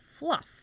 fluff